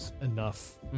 enough